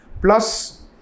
Plus